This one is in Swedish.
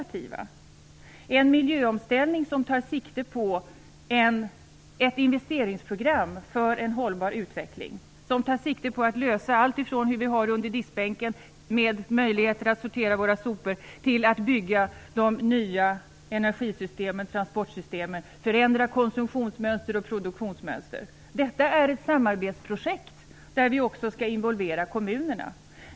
Det skall vara en miljöomställning som tar sikte på ett investeringsprogram för en hållbar utveckling, som tar sikte på att lösa allt från hur vi har det under diskbänken, med möjligheter att sortera våra sopor, till att bygga de nya energisystemen och transportsystemen, förändra konsumtionsmönster och produktionsmönster. Detta är ett samarbetsprojekt, där vi också skall involvera kommunerna.